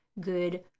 good